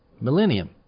millennium